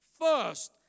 first